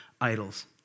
idols